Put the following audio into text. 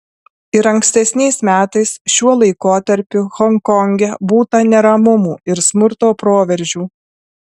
ir ankstesniais metais šiuo laikotarpiu honkonge būta neramumų ir smurto proveržių